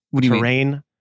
terrain